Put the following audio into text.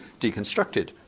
deconstructed